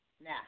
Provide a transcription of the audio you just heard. Now